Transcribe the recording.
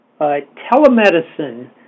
telemedicine